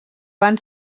van